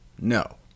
No